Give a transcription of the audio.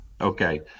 Okay